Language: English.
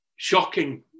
shocking